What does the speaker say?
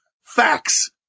facts